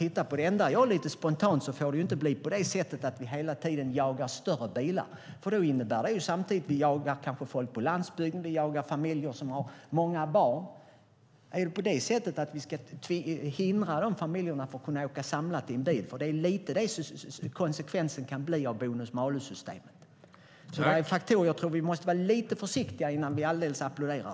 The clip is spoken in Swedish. Spontant kan jag säga att det inte får bli så att vi hela tiden jagar större bilar. Det innebär samtidigt att vi jagar folk på landsbygden och familjer med många barn. Ska vi hindra de familjerna att åka samlat i en bil? Det är vad konsekvensen kan bli av bonus-malus-systemet. Det är faktorer vi måste vara försiktiga med innan vi applåderar.